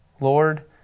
Lord